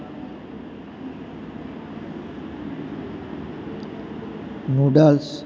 noodles